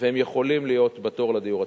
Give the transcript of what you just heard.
והם יכולים להיות בתור לדיור הציבורי.